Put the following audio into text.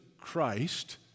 Christ